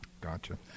Gotcha